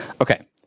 Okay